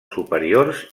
superiors